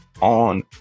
on